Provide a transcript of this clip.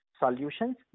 solutions